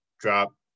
drop